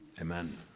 Amen